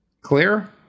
Clear